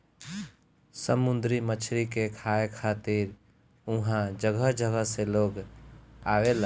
समुंदरी मछरी के खाए खातिर उहाँ जगह जगह से लोग आवेला